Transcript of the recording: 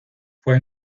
fue